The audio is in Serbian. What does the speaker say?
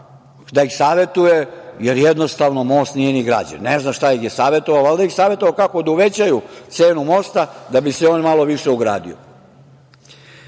da ih savetuje jer jednostavno most nije ni građen. Ne znam šta ih je savetovao. Valjda ih je savetovao kako da uvećaju cenu mosta da bi se on malo više ugradio. Desilo